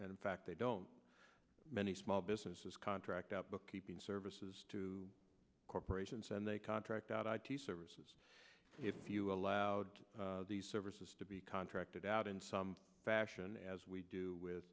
and in fact they don't many small businesses contract out bookkeeping services to corporations and they contract out i t services if you allowed these services to be contracted out in some fashion as we do with